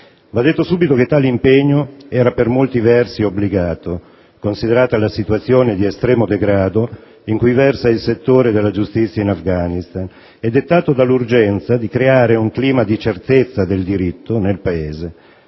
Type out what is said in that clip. Va detto subito che tale impegno era per molti versi obbligato, considerata la situazione di estremo degrado in cui versa il settore della giustizia in Afghanistan, e dettato dall'urgenza di creare un clima di certezza del diritto nel Paese,